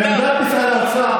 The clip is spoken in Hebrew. לעמדת משרד האוצר,